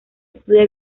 estudia